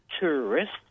tourists